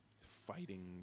fighting